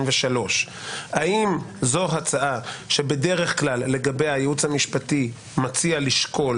האם זו הצעה שבדרך כלל לגביה הייעוץ המשפטי מציע לשקול